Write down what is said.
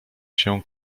się